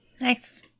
Nice